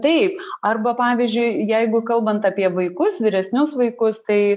taip arba pavyzdžiui jeigu kalbant apie vaikus vyresnius vaikus tai